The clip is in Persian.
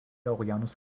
اقیانوس